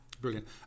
brilliant